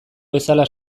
bezala